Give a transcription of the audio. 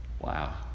Wow